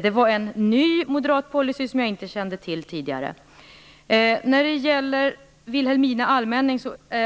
Detta var en ny moderat policy som jag inte kände till tidigare. När det gäller Vilhelmina allmänning